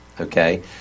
okay